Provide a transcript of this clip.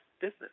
business